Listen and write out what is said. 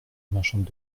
marchande